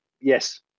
yes